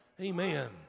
Amen